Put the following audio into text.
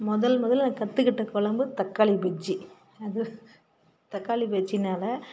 முதல் முதலில் நான் கற்றுக்கிட்ட கொழம்பு தக்காளிபச்சி அது தக்காளிபச்சினால்